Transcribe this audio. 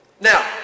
Now